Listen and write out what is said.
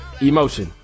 Emotion